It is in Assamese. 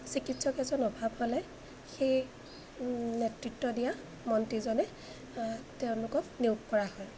চিকিৎসক এজন অভাৱ হ'লে সেই নেতৃত্ব দিয়া মন্ত্ৰীজনে তেওঁলোকক নিয়োগ কৰা হয়